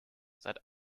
seit